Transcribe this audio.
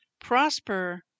prosper